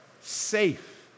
Safe